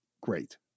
great